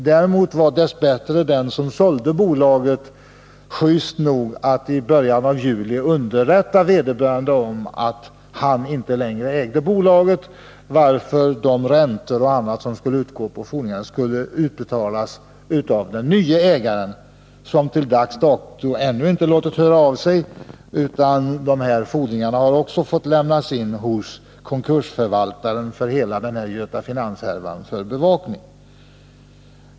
Däremot var dess bättre den person som sålde bolaget just nog att i början av juli underrätta vederbörande om att han inte längre ägde bolaget och att räntor m.m. på bolagets skulder skulle utbetalas av den nye ägaren. Denne har emellertid till dags dato inte låtit höra av sig, utan också dessa fordringar har för bevakning fått lämnas in till konkursförvaltaren för hela Göta Finanshärvan.